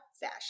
fashion